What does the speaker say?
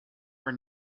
were